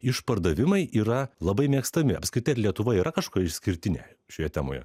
išpardavimai yra labai mėgstami apskritai ar lietuva yra kažkuo išskirtinė šioje temoje